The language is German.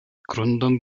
gründung